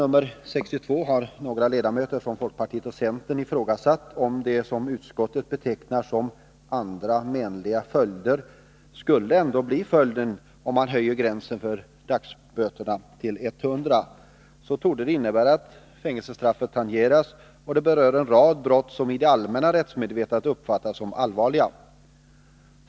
I en motion har några ledamöter från folkpartiet och centern ifrågasatt om det utskottet betecknar som ”andra menliga följder” ändå inte skulle bli följden om gränsen för antalet dagsböter vid strafföreläggande höjdes till 100. Den gränsen innebär att fängelsestraffet tangeras, och det gäller en rad brott som i det allmänna rättsmedvetandet uppfattas som allvarliga.